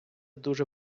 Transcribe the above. дуже